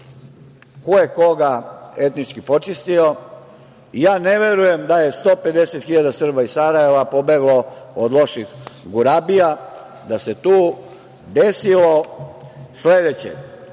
ko je koga etnički počistio. Ne verujem da je 150.000 Srba iz Sarajeva pobeglo od loših gurabija. Tu se desilo sledeće.